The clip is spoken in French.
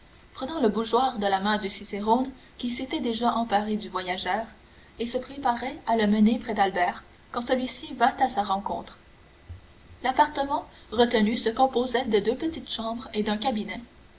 prenant le bougeoir de la main du cicérone qui s'était déjà emparé du voyageur et se préparait à le mener près d'albert quand celui-ci vint à sa rencontre l'appartement retenu se composait de deux petites chambres et d'un cabinet